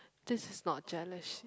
this is not jealous